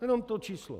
Jenom to číslo.